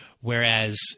Whereas